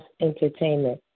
Entertainment